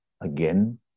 again